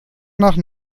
nach